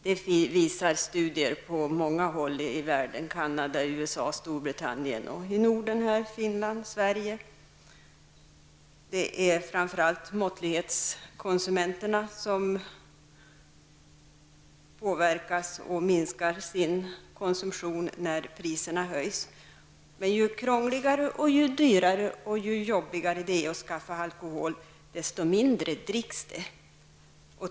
Det visar studier från olika håll i världen -- Finland och Sverige. Det är framför allt måttlighetskonsumenterna som påverkas och minskar sin konsumtion när priserna höjs. Men ju krångligare, ju dyrare och ju jobbigare det är att skaffa alkohol, desto mindre dricks det.